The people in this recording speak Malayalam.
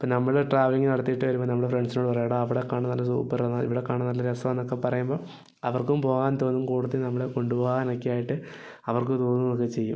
ഇപ്പോൾ നമ്മള് ട്രാവലിംഗ് നടത്തിയിട്ട് വരുമ്പോൾ നമ്മള് ഫ്രണ്ട്സിനോട് പറയും എടാ അവിടെ കാണാൻ നല്ല സൂപ്പറാണ് ഇവടെ കാണാൻ നല്ല രസ്സമാണെന്നൊക്കെ പറയുമ്പൊൾ അവർക്കും പോകാൻ തോന്നും കൂട്ടത്തിൽ നമ്മളെ കൊണ്ട് പോകാനൊക്കെ ആയിട്ട് അവർക്ക് തോന്നുകയൊക്കെ ചെയ്യും